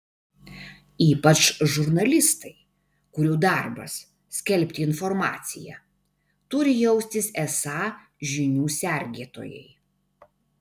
ypač žurnalistai kurių darbas skelbti informaciją turi jaustis esą žinių sergėtojai